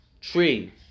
tree